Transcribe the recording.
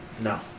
no